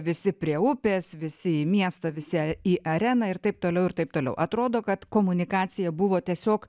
visi prie upės visi į miestą visi į areną ir taip toliau ir taip toliau atrodo kad komunikacija buvo tiesiog